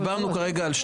מותר לך, זה